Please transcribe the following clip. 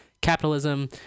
capitalism